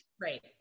Right